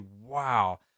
wow